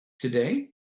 today